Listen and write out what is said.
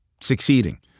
succeeding